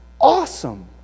awesome